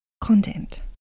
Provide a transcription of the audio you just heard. content